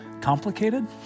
complicated